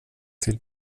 till